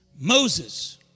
Moses